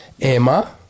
Emma